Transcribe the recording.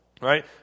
right